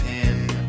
pin